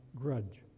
grudge